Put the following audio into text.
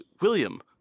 William